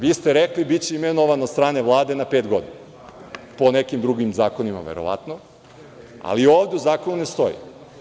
Vi ste rekli da će biti imenovan od strane Vlade na pet godina, po nekim drugim zakonima verovatno, ali ovde u zakonu ne stoji.